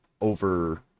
over